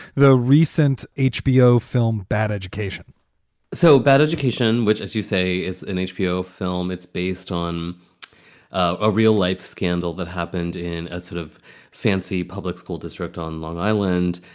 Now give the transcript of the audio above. the recent hbo film bad education so bad education, which, as you say, is an hbo film. it's based on a real life scandal that happened in a sort of fancy public school district on long island.